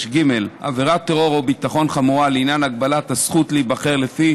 עבירת טרור או ביטחון חמורה לעניין הגבלת הזכות להיבחר לפי